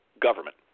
government